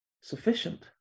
sufficient